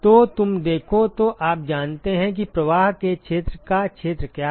तो तुम देखो तो आप जानते हैं कि प्रवाह के क्षेत्र का क्षेत्र क्या है